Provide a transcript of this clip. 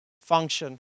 function